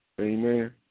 Amen